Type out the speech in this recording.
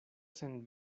sen